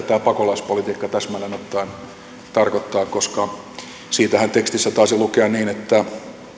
tämä pakolaispolitiikka täsmälleen ottaen tarkoittaa koska siitähän tekstissä taisi lukea niin että